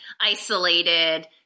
isolated